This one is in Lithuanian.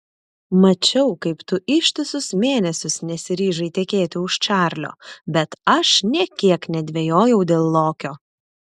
mačiau kaip tu ištisus mėnesius nesiryžai tekėti už čarlio bet aš nė kiek nedvejojau dėl lokio